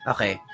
Okay